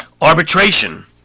arbitration